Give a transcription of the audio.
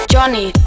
Johnny